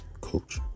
Coach